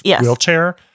wheelchair